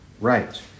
Right